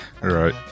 Right